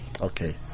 Okay